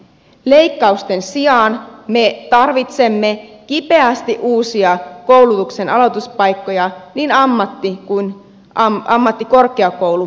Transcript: leikkausten sijaan me tarvitsemme kipeästi uusia koulutuksen aloituspaikkoja niin ammattikoulu kuin ammattikorkeakouluasteelle